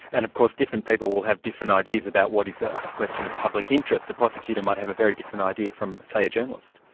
and of course different people will have different ideas about what is a a question of public interest. a prosecutor might have a very different idea from, say, a journalist.